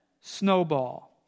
snowball